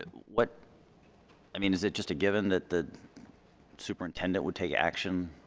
and what i mean is it just a given that the superintendent would take action?